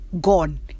gone